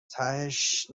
تهش